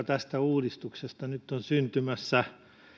tästä uudistuksesta nyt ovat syntymässä laajuudessa